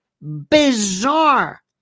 bizarre